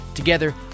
Together